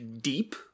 deep